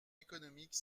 économiques